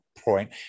Point